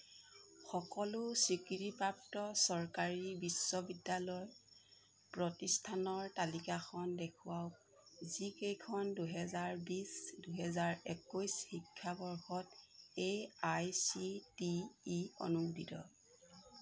সকলো স্বীকৃতিপ্ৰাপ্ত চৰকাৰী বিশ্ববিদ্যালয় প্ৰতিষ্ঠানৰ তালিকাখন দেখুৱাওক যিকেইখন দুহেজাৰ বিছ দুহেজাৰ একৈছ শিক্ষাবৰ্ষত A I C T E অনুমোদিত